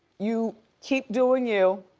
you keep doing you,